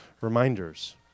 reminders